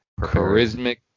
charismatic